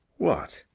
what?